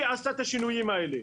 היא עשתה את השינויים האלה.